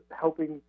helping